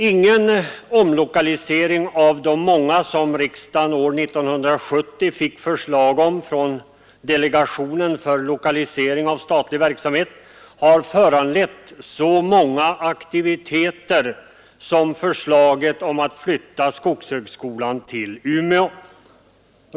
Ingen omlokalisering av de många som riksdagen år 1970 fick förslag om från delegationen för lokalisering av statlig verksamhet har föranlett så många aktiviteter som förslaget om att flytta skogshögskolan till Umeå.